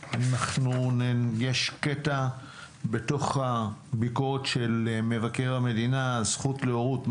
יש קטע בתוך הביקורת של מבקר המדינה: הזכות להורות,